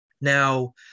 Now